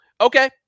Okay